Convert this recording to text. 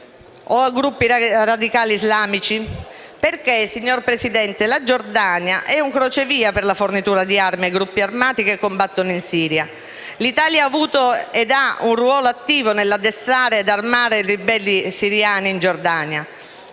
o a gruppi radicali islamici? Perché, signor Presidente, la Giordania è un crocevia per la fornitura di armi ai gruppi armati che combattono in Siria. L'Italia ha avuto e ha un ruolo attivo nell'addestrare e nell'armare ribelli siriani in Giordania?